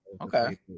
okay